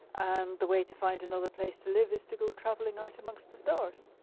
and the way to find another place to live is to go travelling out amongst the stars.